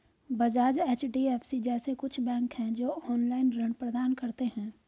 Bajaj, HDFC जैसे कुछ bank है, जो ऑनलाईन ऋण प्रदान करते हैं